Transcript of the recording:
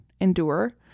endure